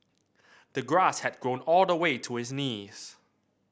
the grass had grown all the way to his knees